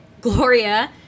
Gloria